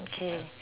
okay